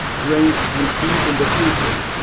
drink and eat in the future?